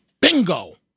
bingo